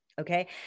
okay